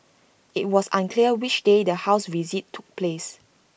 IT was unclear which day the house visit took place